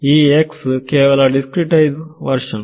ಈ x ಕೇವಲ discretized version